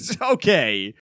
okay